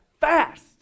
fast